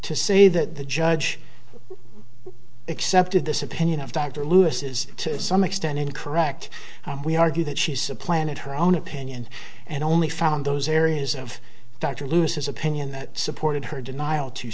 to say that the judge accepted this opinion of dr lewis is to some extent incorrect we argue that she supplanted her own opinion and only found those areas of dr lewis his opinion that supported her denial to